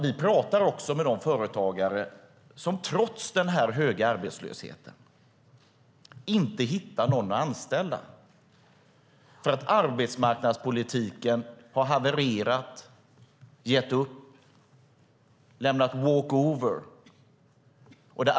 Vi talar också med de företagare som trots den höga arbetslösheten inte hittar någon att anställa, därför att arbetsmarknadspolitiken har havererat, gett upp, lämnat walk over.